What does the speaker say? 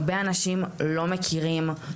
הרבה אנשים לא מכירים,